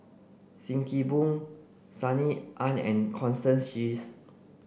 Sim Kee Boon Sunny Ang and Constance Sheares